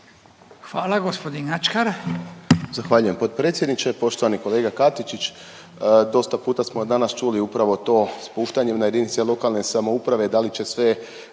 Hvala. Gospodin Ačkar.